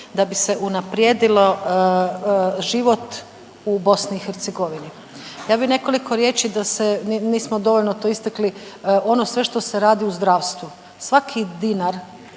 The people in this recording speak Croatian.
da bi se unaprijedilo život u BiH. Ja bih nekoliko riječi da se nismo dovoljno to istakli, ono sve što se radi u zdravstvu, svaki dinar,